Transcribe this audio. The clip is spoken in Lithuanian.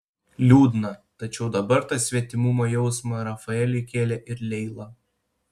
liūdna tačiau dabar tą svetimumo jausmą rafaeliui kėlė ir leila